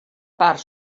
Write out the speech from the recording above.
part